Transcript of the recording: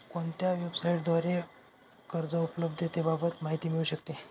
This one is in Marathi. कोणत्या वेबसाईटद्वारे कर्ज उपलब्धतेबाबत माहिती मिळू शकते?